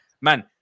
Man